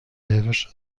lavish